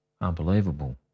Unbelievable